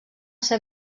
ser